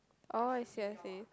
oh I see I see